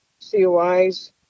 COIs